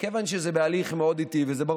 יושבים יחדיו ולומדים.